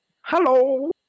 Hello